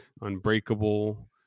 unbreakable